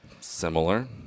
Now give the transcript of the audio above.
Similar